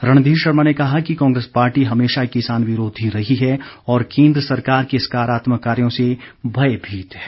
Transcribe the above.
रणधीर शर्मा ने कहा कि कांग्रेस पार्टी हमेशा ही किसान विरोधी रही है और केन्द्र सरकार के सकारात्मक कार्यों से भयभीत है